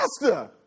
master